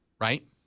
right